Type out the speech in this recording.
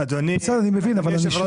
האם אתם